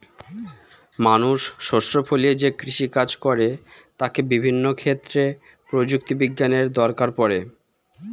মানুষ শস্য ফলিয়ে যেই কৃষি কাজ করে তাতে বিভিন্ন ক্ষেত্রে প্রযুক্তি বিজ্ঞানের দরকার পড়ে